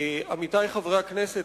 עמיתי חברי הכנסת,